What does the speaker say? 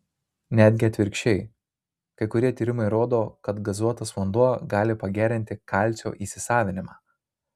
netgi atvirkščiai kai kurie tyrimai rodo kad gazuotas vanduo gali pagerinti kalcio įsisavinimą